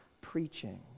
preaching